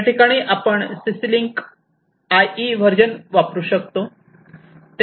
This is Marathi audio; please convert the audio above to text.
याठिकाणी आपण CC लिंक IE वर्जन वापरू शकतो